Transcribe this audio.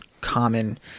common